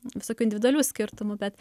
visokių individualių skirtumų bet